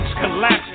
collapse